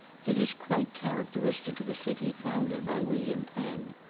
that is quite characteristic of a city founded by william penn.